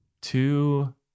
two